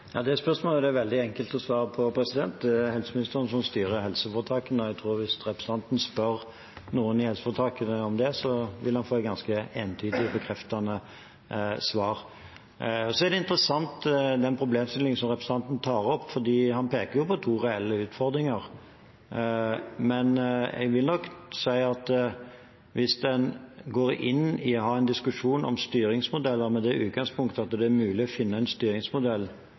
Det spørsmålet er det veldig enkelt å svare på. Det er helseministeren som styrer helseforetakene. Og jeg tror at hvis representanten spør noen i helseforetakene om det, vil han få et ganske entydig bekreftende svar. Den problemstillingen som representanten tar opp, er interessant, for han peker på to reelle utfordringer. Men jeg vil nok si at hvis man går inn og har en diskusjon om styringsmodeller med det utgangspunkt at det er mulig å finne en styringsmodell